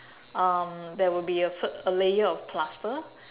um there would be a f~ a layer of plaster